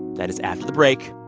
that is after the break.